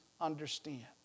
understand